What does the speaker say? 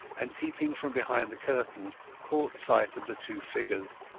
and peeping from behind the curtain caught sight of the two figures.